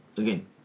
Again